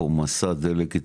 פי הערכות רשות המיסים